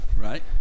Right